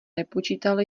nepočítal